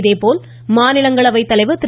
இதேபோல் மாநிலங்களவைத் தலைவர் திரு